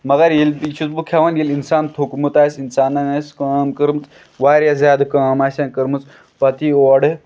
مَگر ییٚلہِ یہِ چھُس بہٕ کھیٚوان ییٚلہِ اِنسان توٚکمُت آسہِ اِنسانن آسہِ کٲم کٔرمٔژ واریاہ زیادٕ کٲم آسٮ۪ن کٔرمٔژ پَتہٕ یہِ اورٕ